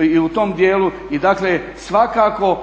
i u tom dijelu i dakle svakako